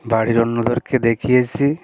বাড়ির অন্যদেরকে দেখিয়েছি